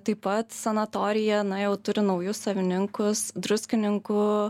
taip pat sanatorija na jau turi naujus savininkus druskininkų